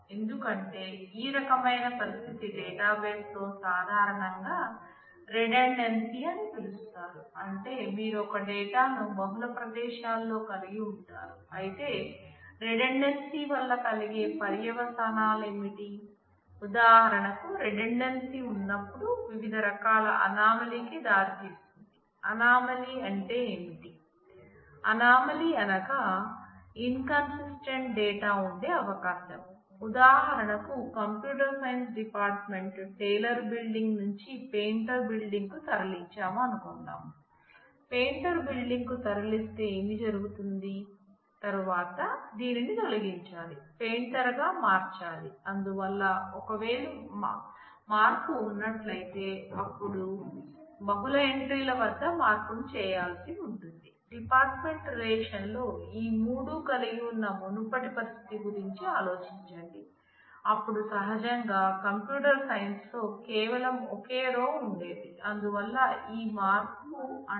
ఎందుకంటే ఈ రకమైన పరిస్థితి డేటాబేస్ లో సాధారణంగా రిడండాన్సీ ఉండేది అందువల్ల ఈ మార్పు అంటే ఈ అప్ డేట్ ఒకే చోట చేయవచ్చు